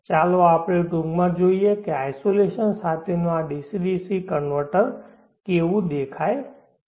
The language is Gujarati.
ચાલો આપણે ટૂંકમાં જોઈએ કે આઇસોલેશન સાથેનું આ ડીસી ડીસી કન્વર્ટર કેવું દેખાય છે